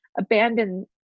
abandon